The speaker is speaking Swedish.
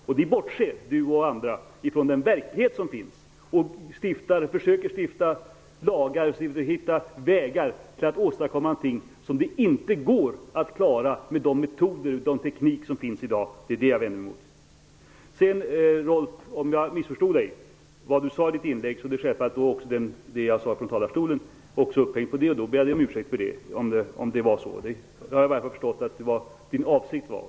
Rolf L Nilson och andra bortser från den verklighet som finns och försöker stifta lagar och hitta vägar för att åstadkomma någonting som det inte går att klara med den teknik som finns i dag. Det är det jag vänder mig emot. Om jag missförstod vad Rolf L Nilson sade i sitt inlägg ber jag om ursäkt. Jag har i varje fall förstått Rolf L Nilsons avsikt.